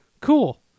Cool